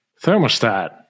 thermostat